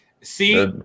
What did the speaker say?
See